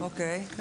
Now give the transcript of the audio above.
אותו.